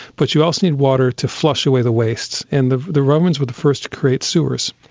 but you also need water to flush away the wastes, and the the romans were the first to create sewers,